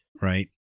right